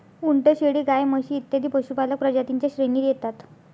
उंट, शेळी, गाय, म्हशी इत्यादी पशुपालक प्रजातीं च्या श्रेणीत येतात